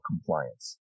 Compliance